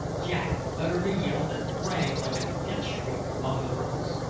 jack uttered a yell that rang like a death-shriek among the rocks.